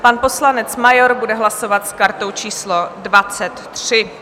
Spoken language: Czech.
Pan poslanec Major bude hlasovat s kartou číslo 23.